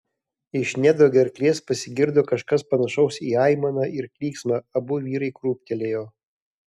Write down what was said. iš nedo gerklės pasigirdo kažkas panašaus į aimaną ir klyksmą abu vyrai krūptelėjo